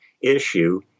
issue